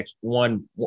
one